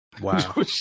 Wow